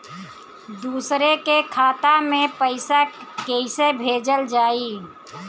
दूसरे के खाता में पइसा केइसे भेजल जाइ?